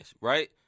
right